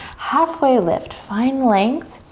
halfway lift. find length.